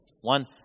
One